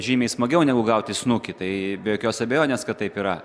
žymiai smagiau negu gaut į snukį tai be jokios abejonės kad taip yra